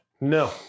No